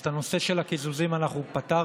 אז את הנושא של הקיזוזים פתרנו,